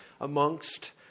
amongst